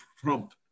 Trump